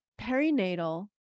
perinatal